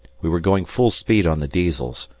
we were going full speed on the diesels,